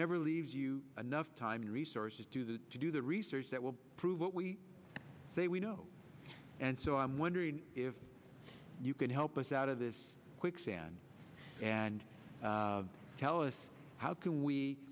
never leaves you enough time and resources to the to do the research that will prove what we say we know and so i'm wondering if you can help us out of this quicksand and tell us how can we